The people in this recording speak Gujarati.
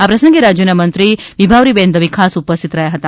આ પ્રસંગે રાજ્યના મંત્રી વિભાવરીબેન દવે ખાસ ઉપસ્થિત રહ્યા હતા